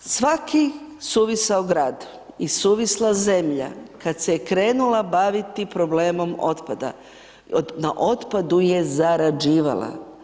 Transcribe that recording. Svaki suvisao grad i suvisla zemlja kad se je krenula baviti problemom otpada, na otpadu je zarađivala.